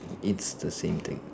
it's the same thing